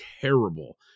terrible